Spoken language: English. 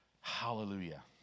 Hallelujah